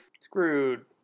screwed